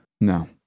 No